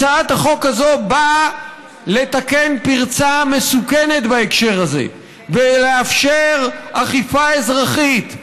הצעת החוק הזאת באה לתקן פרצה מסוכנת בהקשר זה ולאפשר אכיפה אזרחית,